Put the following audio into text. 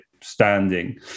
standing